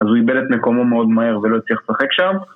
אז הוא איבד את מקומו מאוד מהר ולא הצליח לשחק שם